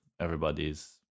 everybody's